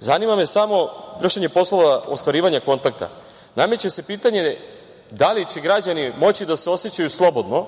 spajanje, vršenje poslova ostvarivanja kontakta, nameće se pitanje da li će građani moći da se osećaju slobodno